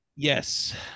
Yes